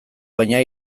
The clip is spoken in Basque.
baina